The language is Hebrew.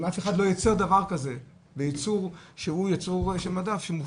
אם אף אחד לא ייצר דבר כזה בייצור שהוא ייצור של מדף.